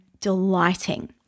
delighting